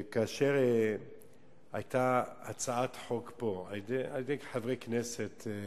כאשר היתה פה הצעת חוק של חברי כנסת,